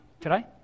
today